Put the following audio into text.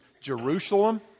Jerusalem